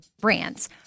brands